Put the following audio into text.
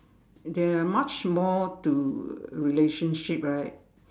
there are much more to relationship right